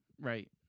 right